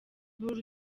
bull